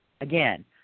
Again